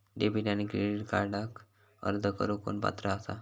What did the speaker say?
Debit आणि credit कार्डक अर्ज करुक कोण पात्र आसा?